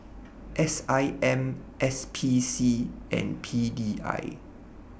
S I M S P C and P D I